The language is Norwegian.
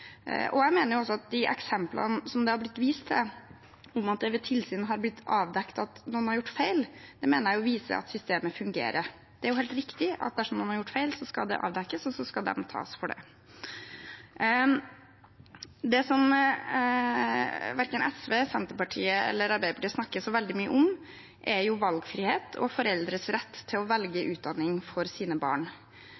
Jeg mener at de eksemplene det har blitt vist til, om at det ved tilsyn har blitt avdekket at noen har gjort feil, viser at systemet fungerer. Det er jo helt riktig at dersom noen har gjort feil, skal det avdekkes, og så skal de tas for det. Det som verken SV, Senterpartiet eller Arbeiderpartiet snakker så veldig mye om, er valgfrihet og foreldres rett til å velge